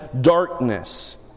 darkness